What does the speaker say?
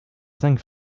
cinq